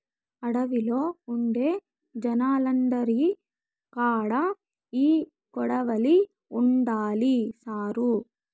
అడవిలో ఉండే జనాలందరి కాడా ఈ కొడవలి ఉండాది సారూ